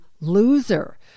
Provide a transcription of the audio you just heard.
loser